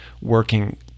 working